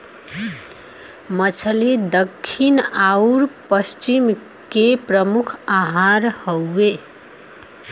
मछली दक्खिन आउर पश्चिम के प्रमुख आहार हउवे